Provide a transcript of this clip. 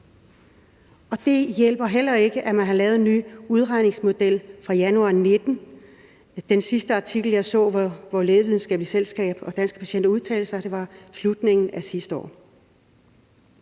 Og det hjælper heller ikke, at man har lavet en ny udregningsmodel fra januar 2019. Den sidste artikel, hvori jeg så, Lægevidenskabelige Selskaber og Danske Patienter udtalte sig, var fra slutningen af sidste år.